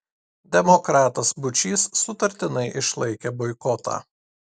demokratas būčys sutartinai išlaikė boikotą